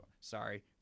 sorry